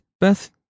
Beth